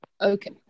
Okay